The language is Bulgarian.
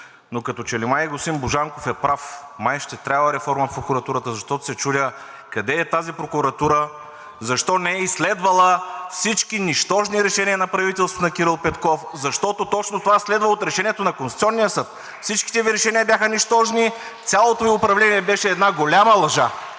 но като че ли май господин Божанков е прав, май ще трябва реформа в прокуратурата, защото се чудя къде е тази прокуратура, защо не е изследвала всички нищожни решения на правителството на Кирил Петков, защото точно това следва от Решението на Конституционния съд. Всичките Ви решения бяха нищожни, цялото Ви управление беше една голяма лъжа.